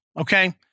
Okay